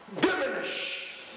diminish